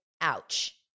ouch